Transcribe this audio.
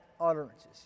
utterances